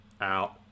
out